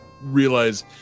realize